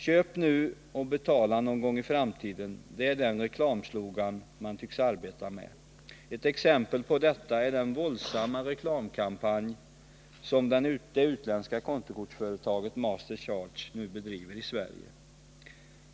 ”Köp nu och betala någon gång i framtiden” — det är den reklamslogan som man tycks arbeta med. Ett exempel på detta är den våldsamma reklamkampanj som det utländska kontokortsföretaget Master Charge nu bedriver i Sverige.